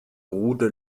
route